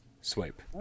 Swipe